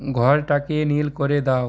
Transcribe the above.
ঘরটাকে নীল করে দাও